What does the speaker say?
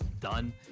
done